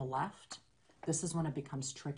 למעשה זאת הדרך לוודא שלכולם נשמרות זכויות האדם.